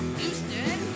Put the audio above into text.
Houston